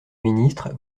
ministre